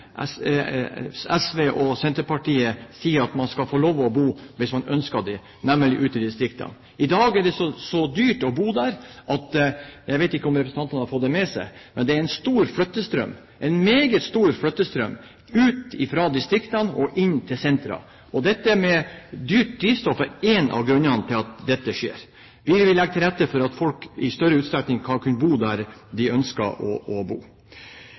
SV og Senterpartiet sier at man skal få lov til å bo hvis man ønsker det, nemlig ute i distriktene. I dag er det dyrt å bo der. Jeg vet ikke om representantene har fått det med seg, men det er en meget stor flyttestrøm ut fra distriktene og inn til sentrene. Dyrt drivstoff er én av grunnene til at dette skjer. Vi vil legge til rette for at folk i større utstrekning kan bo der de ønsker å bo.